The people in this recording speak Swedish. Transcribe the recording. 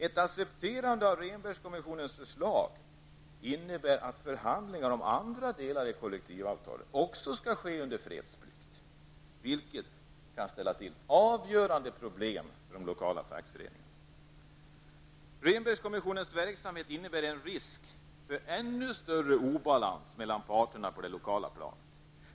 Ett accepterande av Rehnbergkommissionens förslag innebär att förhandlingar om andra delar i kollektivavtalet också skall ske under fredsplikt. Detta kan ställa till avgörande problem för de lokala fackföreningarna. Rehnbergkommissionens verksamhet innebär en risk för ännu större obalans mellan parterna på det lokala planet.